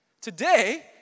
Today